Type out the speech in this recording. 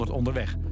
onderweg